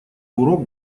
урок